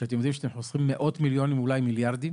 כשאתם יודעים שאתם חוסכים מאות מיליונים ואולי מיליארדים